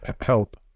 help